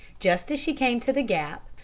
just as she came to the gap,